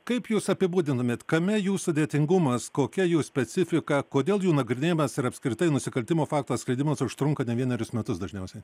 kaip jūs apibūdintumėt kame jų sudėtingumas kokia jų specifika kodėl jų nagrinėjimas ir apskritai nusikaltimo fakto atskleidimas užtrunka ne vienerius metus dažniausiai